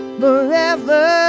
forever